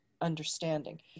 understanding